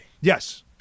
Yes